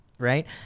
right